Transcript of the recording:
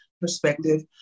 perspective